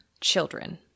children